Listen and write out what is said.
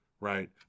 Right